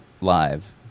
live